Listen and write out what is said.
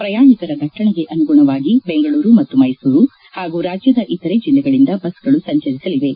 ಪ್ರಯಾಣಿಕರ ದಟ್ಟಣೆಗೆ ಅನುಗುಣವಾಗಿ ಬೆಂಗಳೂರು ಮತ್ತು ಮೈಸೂರು ಹಾಗೂ ರಾಜ್ಯದ ಇತರೆ ಜಿಲ್ಲೆಗಳಿಂದ ಬಸ್ಗಳು ಸಂಚರಿಸಲಿವೆ